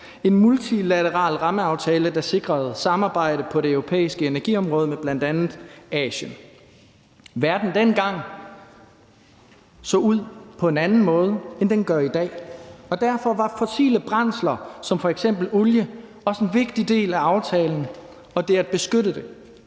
en multilateral rammeaftale, der sikrede samarbejde på det europæiske energiområde med bl.a. Asien. Verden så dengang ud på en anden måde, end den gør i dag, og derfor var fossile brændsler som f.eks. olie også en vigtig del af aftalen, ligesom det at beskytte det